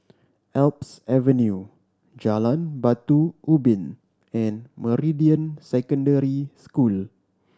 Alps Avenue Jalan Batu Ubin and Meridian Secondary School